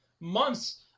months